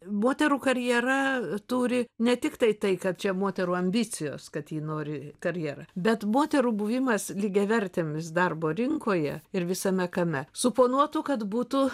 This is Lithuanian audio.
moterų karjera turi ne tiktai tai kad čia moterų ambicijos kad ji nori karjerą bet moterų buvimas lygiavertėmis darbo rinkoje ir visame kame suponuotų kad būtų